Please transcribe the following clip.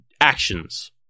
actions